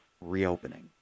reopening